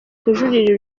kujuririra